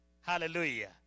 Hallelujah